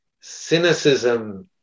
cynicism